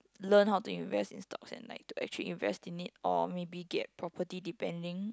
learn how to invest in stocks and like to actually invest in it or maybe get property depending